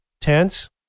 Tense